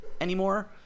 anymore